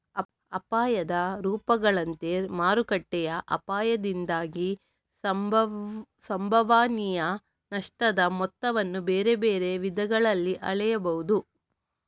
ಅಪಾಯದ ರೂಪಗಳಂತೆ ಮಾರುಕಟ್ಟೆಯ ಅಪಾಯದಿಂದಾಗಿ ಸಂಭವನೀಯ ನಷ್ಟದ ಮೊತ್ತವನ್ನು ಬೇರೆ ಬೇರೆ ವಿಧಾನಗಳಲ್ಲಿ ಅಳೆಯಬಹುದು